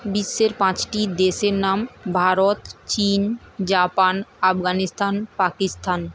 বিশ্বের পাঁচটি দেশের নাম ভারত চীন জাপান আফগানিস্তান পাকিস্তান